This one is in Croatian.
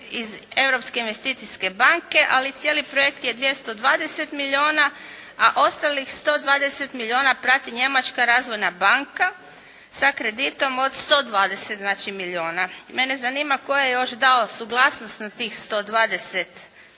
iz Europske investicijske banke ali cijeli projekt je 220 milijuna a ostalih 120 milijuna prati Njemačka razvojna banka sa kreditom od 120 znači milijuna. Mene zanima tko je još dao suglasnost na tih 120 milijuna